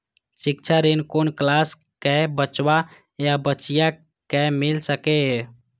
शिक्षा ऋण कुन क्लास कै बचवा या बचिया कै मिल सके यै?